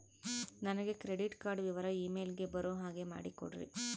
ನನಗೆ credit card ವಿವರ email ಗೆ ಬರೋ ಹಾಗೆ ಮಾಡಿಕೊಡ್ರಿ?